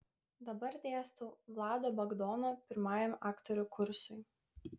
dabar dėstau vlado bagdono pirmajam aktorių kursui